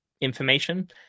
information